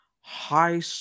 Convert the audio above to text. High